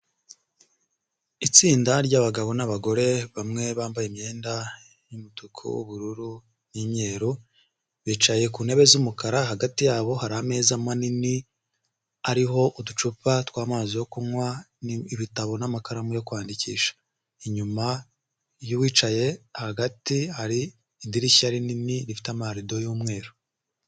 Itsinda ry'abagabo n'abagore, bamwe bambaye imyenda y'umutuku, ubururu n'imyeruru, bicaye ku ntebe z'umukara hagati yabo hari ameza manini ariho uducupa tw'amazi yo kunywa, ibitabo n'amakaramu yo kwandikisha, inyuma y'uwicaye hagati hari idirishya rinini rifite amarado yumweru.